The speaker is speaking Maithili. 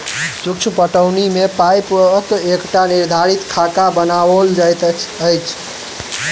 सूक्ष्म पटौनी मे पाइपक एकटा निर्धारित खाका बनाओल जाइत छै